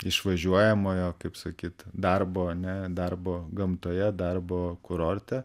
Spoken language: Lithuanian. išvažiuojamojo kaip sakyt darbo ne darbo gamtoje darbo kurorte